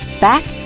back